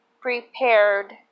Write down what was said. prepared